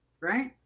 right